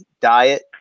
diet